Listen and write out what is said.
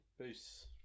Peace